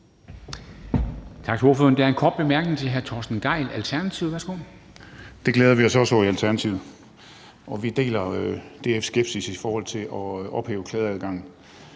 Tak til ordføreren. Der er en kort bemærkning til hr. Torsten Gejl, Alternativet. Værsgo. Kl. 11:05 Torsten Gejl (ALT): Det glæder vi os også over i Alternativet, og vi deler DF's skepsis i forhold til at ophæve klageadgangen.